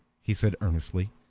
he said earnestly,